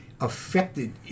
affected